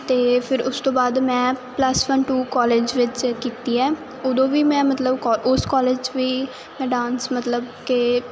ਤੇ ਫਿਰ ਉਸ ਤੋਂ ਬਾਅਦ ਮੈਂ ਪਲੱਸ ਵਨ ਟੂ ਕਾਲਜ ਵਿੱਚ ਕੀਤੀ ਹੈ ਉਦੋਂ ਵੀ ਮੈਂ ਮਤਲਬ ਉਸ ਕਾਲਜ 'ਚ ਵੀ ਡਾਂਸ ਮਤਲਬ ਕਿ